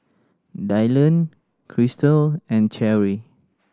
Dylan Krystle and Cherri